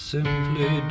simply